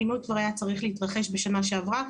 הפינוי כבר היה צריך להתרחש בשנה שעברה.